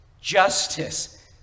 justice